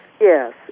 yes